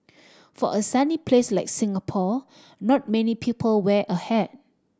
for a sunny place like Singapore not many people wear a hat